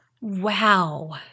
wow